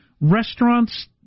restaurants